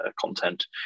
content